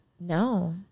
No